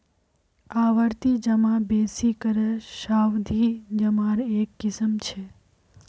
आवर्ती जमा बेसि करे सावधि जमार एक किस्म छ